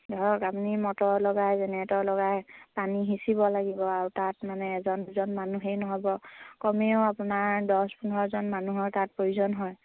ধৰক আপুনি মটৰ লগাই জেনেৰেটৰ লগাই পানী সিঁচিব লাগিব আৰু তাত মানে এজন দুজন মানুহেই নহ'ব কমেও আপোনাৰ দছ পোন্ধৰজন মানুহৰ তাত প্ৰয়োজন হয়